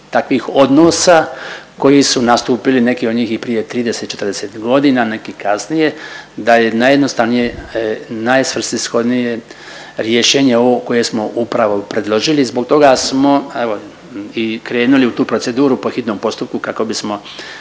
takvih odnosa koji su nastupili neki od njih i prije 30-40 godina, neki kasnije da je najjednostavnije i najsvrsishodnije rješenje ovo koje smo upravo i predložili. Zbog toga smo evo i krenuli u tu proceduru po hitnom postupku kako bismo